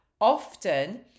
often